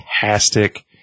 fantastic